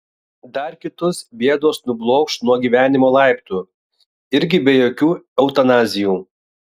dar kitus bėdos nublokš nuo gyvenimo laiptų irgi be jokių eutanazijų